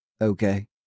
Okay